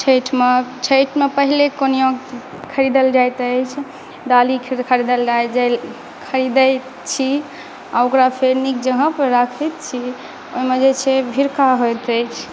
छठिमे छठिमे पहिले कोनिया खरीदल जायत अछि डाली खरीदल खरीदै छी आ ओकरा फेर नीक जॅंका राखैत छी ओहिमे मे छै भीरखा होइत अछि